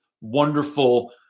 wonderful